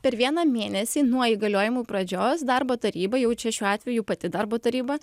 per vieną mėnesį nuo įgaliojimų pradžios darbo taryba jau čia šiuo atveju pati darbo taryba